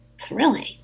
thrilling